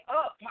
up